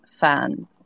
fans